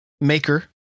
Maker